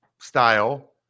style